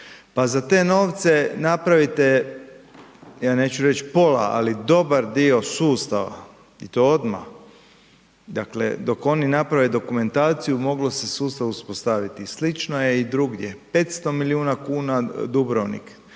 Pa za te novce napravite ja neću reć pola ali dobar dio sustava i to odmah. Dakle, dok oni na prave dokumentaciju, mogao se sustav uspostaviti, slično je i drugdje. 500 milijuna kuna Dubrovnik,